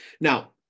Now